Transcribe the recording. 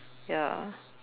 ya